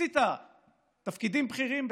עשית תפקידים בכירים בצה"ל,